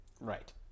Right